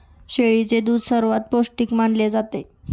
शेळीचे दूध सर्वात पौष्टिक मानले जाते